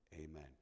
Amen